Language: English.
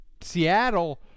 Seattle